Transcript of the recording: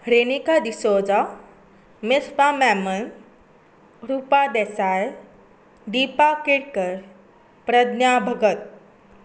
रेनेका डिसौजा मेजपा मेनन रुपा देसाय दिपा केरकर प्रज्ञा भगत